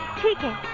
taking